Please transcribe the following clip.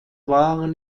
waren